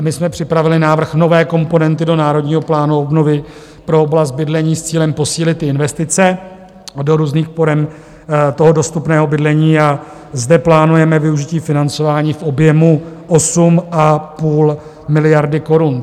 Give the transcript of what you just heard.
A my jsme připravili návrh nové komponenty do Národního plánu obnovy pro oblast bydlení s cílem posílit ty investice a do různých forem toho dostupného bydlení a zde plánujeme využití financování v objemu 8,5 miliardy korun.